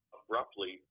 abruptly